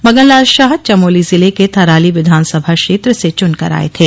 मगन लाल शाह चमोली जिले के थराली विधानसभा क्षेत्र से चुनकर आए थे